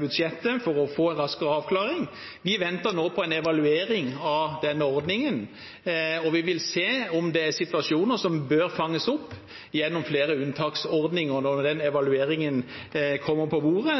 budsjettet for å få raskere avklaringer. Vi venter nå på en evaluering av denne ordningen, og vi vil se om det er situasjoner som bør fanges opp gjennom flere unntaksordninger når den evalueringen kommer på bordet.